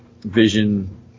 Vision